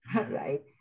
right